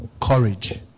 courage